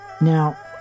Now